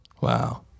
Wow